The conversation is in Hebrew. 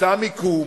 נמצא מיקום.